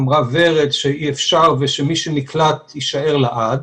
אמרה ורד שאי אפשר ושמי שנקלט יישאר לעד,